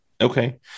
okay